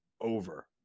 over